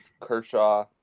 Kershaw